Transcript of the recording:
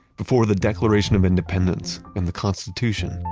before the declaration of independence and the constitution,